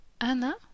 Anna